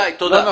איתי, תודה.